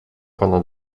pana